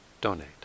donate